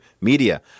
media